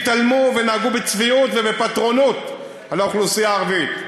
התעלמו ונהגו בצביעות ובפטרונות כלפי האוכלוסייה הערבית,